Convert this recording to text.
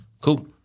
Cool